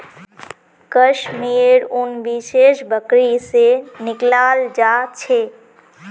कश मेयर उन विशेष बकरी से निकलाल जा छे